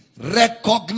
recognize